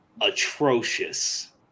atrocious